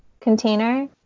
container